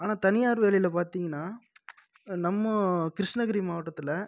ஆனால் தனியார் வேலையில் பார்த்தீங்கன்னா நம்ம கிருஷ்ணகிரி மாவட்டத்தில்